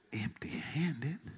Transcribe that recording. empty-handed